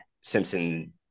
Simpson